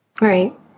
Right